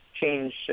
change